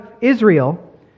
Israel